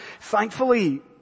Thankfully